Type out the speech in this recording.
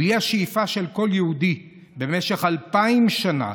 בלי השאיפה של כל יהודי במשך אלפיים שנה